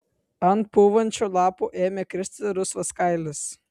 ant pūvančių lapų ėmė kristi rusvas kailis